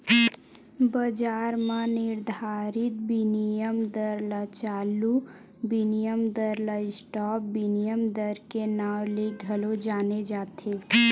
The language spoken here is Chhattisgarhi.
बजार म निरधारित बिनिमय दर ल चालू बिनिमय दर, स्पॉट बिनिमय दर के नांव ले घलो जाने जाथे